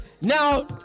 Now